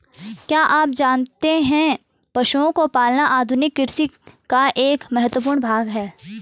क्या आप जानते है पशुओं को पालना आधुनिक कृषि का एक महत्वपूर्ण भाग है?